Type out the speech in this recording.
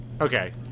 Okay